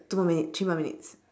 two more minutes three more minutes